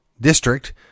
district